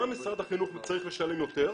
גם משרד החינוך צריך לשלם יותר,